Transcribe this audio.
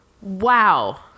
Wow